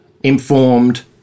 informed